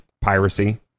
piracy